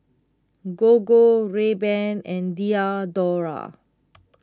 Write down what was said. Gogo Rayban and Diadora